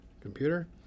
computer